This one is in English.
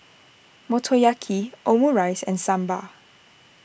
Motoyaki Omurice and Sambar